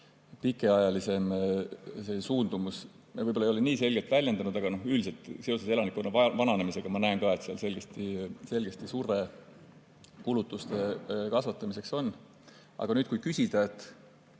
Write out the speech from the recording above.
pikemaajalisem suundumus, võib-olla ei ole nii selgelt väljendunud, aga üldiselt seoses elanikkonna vananemisega ma näen ka, et seal selgesti surve kulutuste kasvatamiseks on. Aga nüüd, kui küsida,